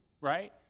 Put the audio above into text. right